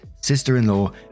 sister-in-law